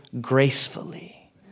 gracefully